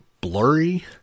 blurry